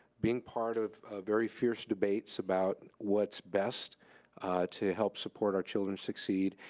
being part of very fierce debates about what's best to help support our children succeed.